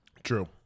True